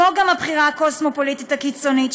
כמו גם הבחירה הקוסמופוליטית הקיצונית,